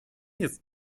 jest